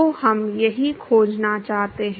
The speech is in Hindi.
तो हम यही खोजना चाहते हैं